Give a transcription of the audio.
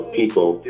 people